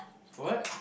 what